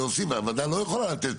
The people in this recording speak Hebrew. הוועדה לא יכולה לתת,